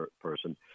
person